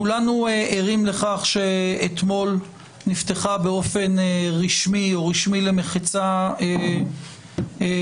כולנו ערים לכך שאתמול נפתחה באופן רשמי או רשמי למחצה מערכת